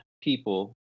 people